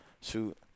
shoot